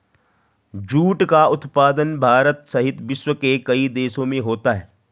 jute का उत्पादन भारत सहित विश्व के कई देशों में होता है